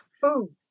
food